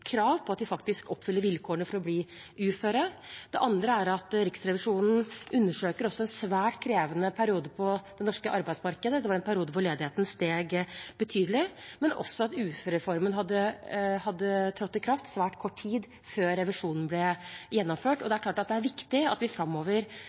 på at de faktisk oppfyller vilkårene for å bli uføre. Det andre er at Riksrevisjonen undersøker en svært krevende periode på det norske arbeidsmarkedet. Det var en periode hvor ledigheten steg betydelig, og uførereformen hadde trådt i kraft svært kort tid før revisjonen ble gjennomført. Det er viktig at vi framover jobber systematisk og